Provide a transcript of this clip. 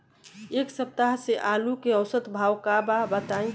एक सप्ताह से आलू के औसत भाव का बा बताई?